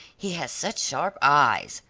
he has such sharp eyes,